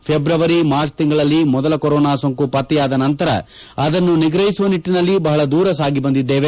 February March ತಿಂಗಳಲ್ಲಿ ಮೊದಲ corona ಸೋಂಕು ಪತ್ತೆಯಾದ ನಂತರ ಅದನ್ನು ನಿಗ್ರಹಿಸುವ ನಿಟ್ಲನಲ್ಲಿ ಬಹಳ ದೂರ ಸಾಗಿ ಬಂದಿದ್ಲೇವೆ